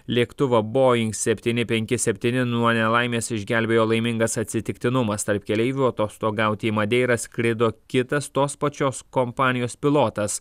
lėktuvą boeing septyni penki septyni nuo nelaimės išgelbėjo laimingas atsitiktinumas tarp keleivių atostogauti į madeirą skrido kitas tos pačios kompanijos pilotas